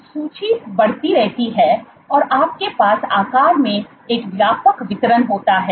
सूची बढ़ती रहती है और आपके पास आकार में एक व्यापक वितरण होता है